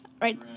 Right